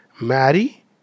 marry